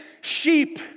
sheep